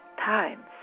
times